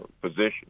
position